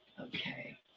Okay